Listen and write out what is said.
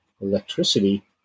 electricity